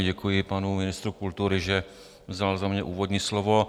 Děkuji panu ministru kultury, že vzal za mě úvodní slovo.